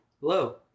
Hello